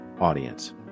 audience